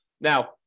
Now